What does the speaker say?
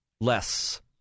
less